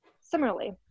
similarly